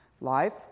Life